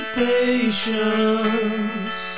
patience